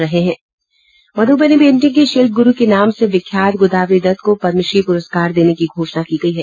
Madhubani painting की शिल्प ग्रुर के नाम से विख्यात गोदावरी दत्त को पदम्श्री प्रस्कार देने की घोषणा की गयी है